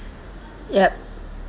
yup